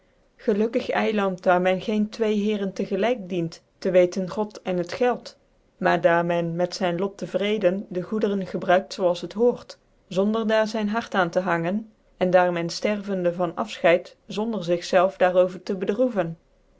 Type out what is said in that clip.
gelukkig eiland daar men geen twee heeren te gcwk dient te wc ten god en het geld maar daar men metzyn lot te vreeden de goederen gebruikt zoo als het behoort zonder daar zyn hart aan te hangen en daar men dervende van affcheid zonder zig zclcn daar over te bedroeven